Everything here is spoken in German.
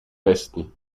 westen